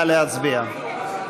נא להצביע.